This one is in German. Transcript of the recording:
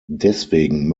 deswegen